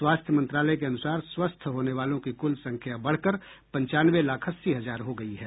स्वास्थ्य मंत्रालय के अनुसार स्वस्थ होने वालों की कुल संख्या बढ़कर पंचानवे लाख अस्सी हजार हो गई है